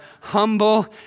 humble